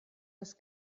das